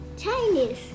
Chinese